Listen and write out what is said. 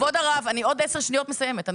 כבוד הרב, בעוד עשר שניות אני מסיימת.